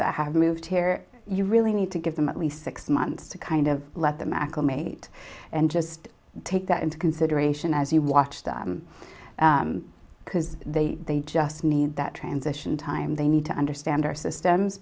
that have moved here you really need to give them at least six months to kind of let them acclimate and just take that into consideration as you watch them because they they just need that transition time they need to understand our system